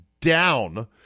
down